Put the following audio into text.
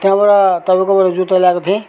त्यहाँबाट तपाईँकोबाट जुत्ता ल्याएको थिएँ